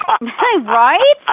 Right